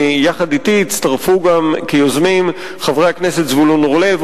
ויחד אתי הצטרפו כיוזמים גם חברי הכנסת זבולון אורלב,